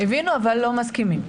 הבינו אבל לא מסכימים.